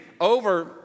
over